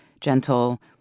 gentle